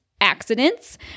accidents